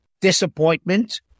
disappointment